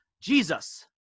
Jesus